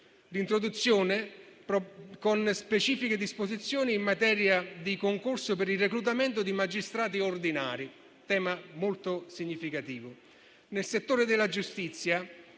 l'introduzione di specifiche disposizioni in materia di concorso per il reclutamento di magistrati ordinari, tema quest'ultimo molto significativo. Nel settore della giustizia,